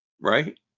Right